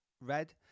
red